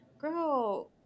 girl